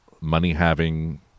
money-having